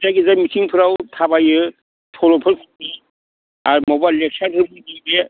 जायखिजाया मिथिंफोराव थाबायो सल'फोर खनो आरो माबा लेकसारबो होयो बे